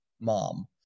mom